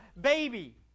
baby